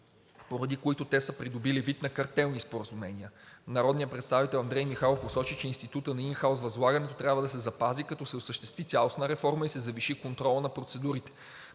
поради което те са придобили вид на картелни споразумения. Народният представител Андрей Михайлов посочи, че институтът на ин хаус възлагането трябва да се запази, като се осъществи цялостна реформа и се завиши контролът на процедурите.